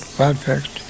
perfect